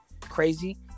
crazy